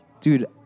dude